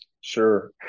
Sure